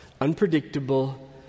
Unpredictable